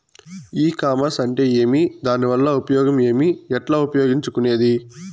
ఈ కామర్స్ అంటే ఏమి దానివల్ల ఉపయోగం ఏమి, ఎట్లా ఉపయోగించుకునేది?